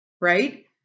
right